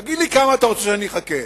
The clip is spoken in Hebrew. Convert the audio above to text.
תגיד לי כמה אתה רוצה שאני אחכה,